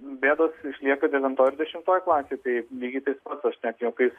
bėdos lieka devintoj ir dešimtoj klasėj tai lygiai tas pats aš net juokais